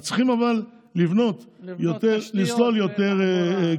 אבל צריכים לסלול יותר כבישים.